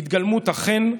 התגלמות החן,